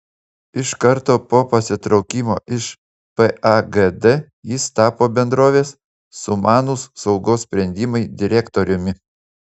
iš karto po pasitraukimo iš pagd jis tapo bendrovės sumanūs saugos sprendimai direktoriumi